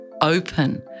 open